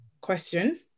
question